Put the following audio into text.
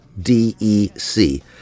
D-E-C